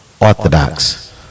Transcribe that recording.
Orthodox